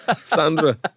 Sandra